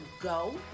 go